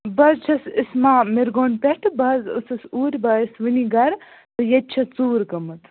بہٕ حظ چھَس اِسما مِرگوٚنٛڈ پٮ۪ٹھٕ بہٕ حظ ٲسٕس اوٗرۍ بہٕ آیَس وُنی گَرٕ تہٕ ییٚتہِ چھِ ژوٗر گٲمٕژ